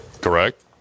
correct